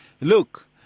Look